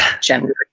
gender